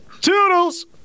Toodles